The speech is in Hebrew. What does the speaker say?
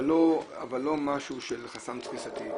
אבל לא משהו של חסם תפיסתי?